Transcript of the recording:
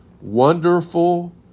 wonderful